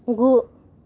गु